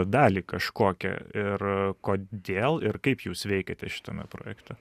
dalį kažkokią ir kodėl ir kaip jūs veikiate šitame projekte